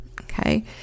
Okay